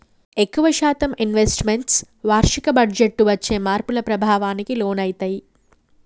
ఎక్కువ శాతం investments వార్షిక బడ్జెట్టు వచ్చే మార్పుల ప్రభావానికి లోనయితయ్యి